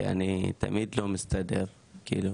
כי אני תמיד לא מסתדר כאילו